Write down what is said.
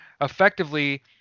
effectively